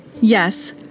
Yes